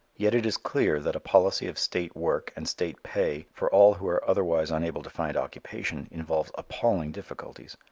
yet it is clear that a policy of state work and state pay for all who are otherwise unable to find occupation involves appalling difficulties.